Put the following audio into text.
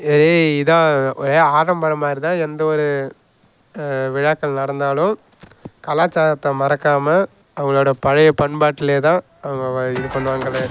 இதே இதாக ஒரே ஆடம்பரம் மாதிரி தான் எந்த ஒரு விழாக்கள் நடந்தாலும் கலாச்சாரத்தை மறக்காமல் அவர்களோட பழைய பண்பாட்டிலே தான் அவங்க இது பண்ணுவாங்களே